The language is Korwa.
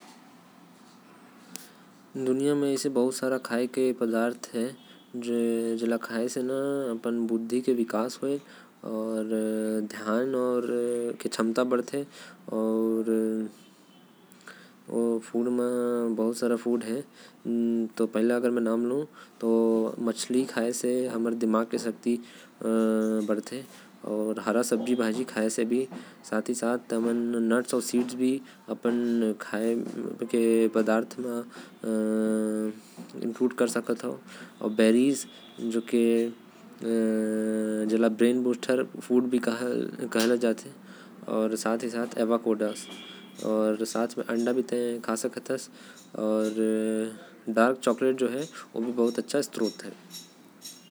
अपन बुद्धि ल बढ़ाये बर ते बहुते सारा चीज़ खा सकत हस। जैसे कि मछली, अंडा, चना, बेरी अउ नट्स खाये से बुद्धि अउ। याददाश्त तेज होथे ओकर विकास भी होथे।